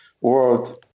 world